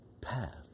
path